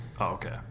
Okay